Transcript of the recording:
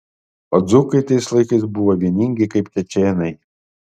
o dzūkai tais laikais buvo vieningi kaip čečėnai